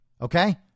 Okay